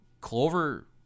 Clover